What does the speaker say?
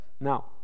now